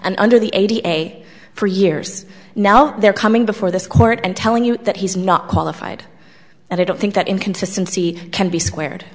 and under the eighty eight for years now they're coming before this court and telling you that he's not qualified and i don't think that inconsistency can be squared